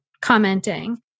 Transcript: commenting